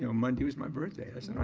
you know monday was my birthday.